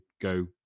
go